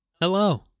hello